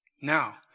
Now